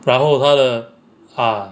然后他的 ah